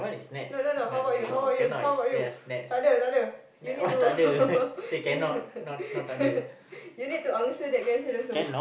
no no no how about you how about you how about you tak ada tak ada you need to you need to you need to answer that question also